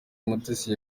umutesi